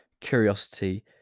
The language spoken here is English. curiosity